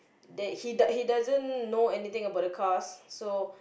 that he does~ doesn't know anything about the cars so